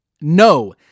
no